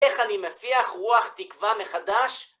איך אני מפיח רוח תקווה מחדש?